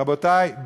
רבותי,